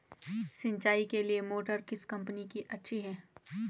सिंचाई के लिए मोटर किस कंपनी की अच्छी है?